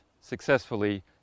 successfully